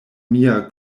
mia